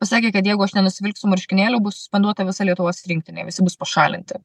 pasakė kad jeigu aš nenusivilksiu marškinėlių bus paduota visa lietuvos rinktinė visi bus pašalinti